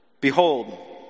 Behold